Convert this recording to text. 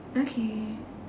okay